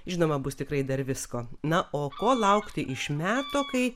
žinoma bus tikrai dar visko na o ko laukti iš meto kai